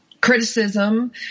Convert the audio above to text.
criticism